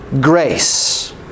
grace